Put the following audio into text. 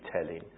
telling